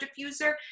diffuser